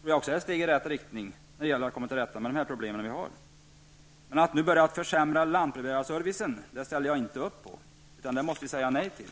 tror jag också är ett steg i rätt riktning när det gäller att komma till rätta med de problem vi har. Men att nu börja försämra lantbrevbärarservicen ställer jag inte upp på. Det måste vi säga nej till.